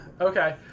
Okay